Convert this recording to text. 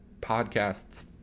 podcasts